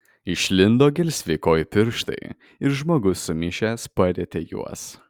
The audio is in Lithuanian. išlindo gelsvi kojų pirštai ir žmogus sumišęs parietė juos